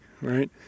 right